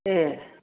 ए